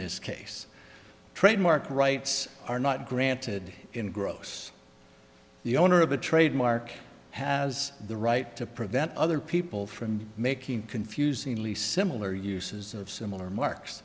this case trademark rights are not granted in gross the owner of a trademark has the right to prevent other people from making confusingly similar uses of similar marks